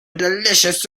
delicious